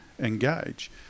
engage